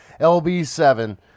lb7